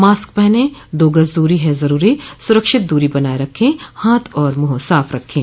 mask पहनें दो गज़ दूरी है ज़रूरी सुरक्षित दूरी बनाए रखें हाथ और मुंह साफ़ रखें